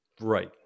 Right